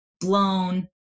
blown